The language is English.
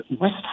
West